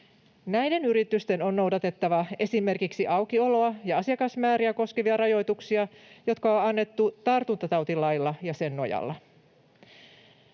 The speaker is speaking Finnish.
Näiden yritysten on noudatettava esimerkiksi aukioloa ja asiakasmääriä koskevia rajoituksia, jotka on annettu tartuntatautilailla ja sen nojalla.